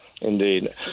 Indeed